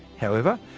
however,